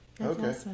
Okay